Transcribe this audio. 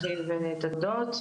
את התודות.